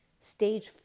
Stage